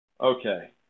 okay